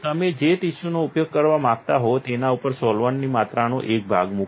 તમે જે ટિશ્યુનો ઉપયોગ કરવા માંગો છો તેના ઉપર સોલ્વન્ટની માત્રાનો એક ભાગ મૂકો